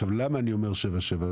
למה אני אומר 77?